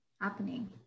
happening